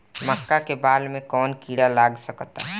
मका के बाल में कवन किड़ा लाग सकता?